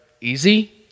easy